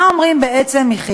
מה אומרים בכי"ל?